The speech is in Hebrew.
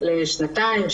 למשך שנתיים,